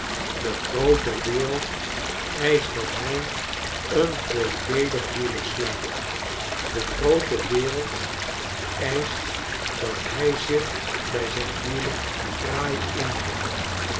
de groote wereld eischt dat hij een voordeelig huwelijk sluit de groote wereld eischt dat hij zich bij zijn huwelijk fraai inricht